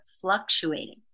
fluctuating